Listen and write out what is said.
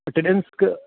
attendance का